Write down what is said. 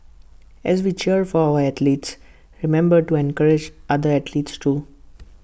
as we cheer for our athletes remember to encourage other athletes too